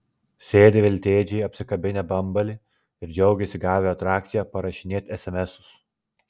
sėdi veltėdžiai apsikabinę bambalį ir džiaugiasi gavę atrakciją parašinėt esemesus